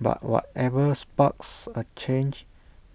but whatever sparks A change